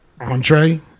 entree